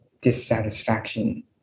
dissatisfaction